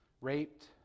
raped